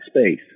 space